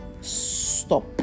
stop